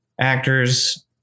actors